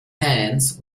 hands